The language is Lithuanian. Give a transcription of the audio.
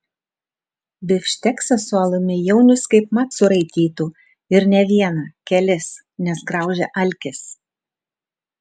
bifšteksą su alumi jaunius kaip mat suraitytų ir ne vieną kelis nes graužia alkis